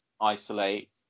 isolate